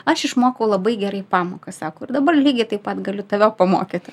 aš išmokau labai gerai pamokas sako ir dabar lygiai taip pat galiu tave pamokyti